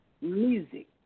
music